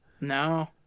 No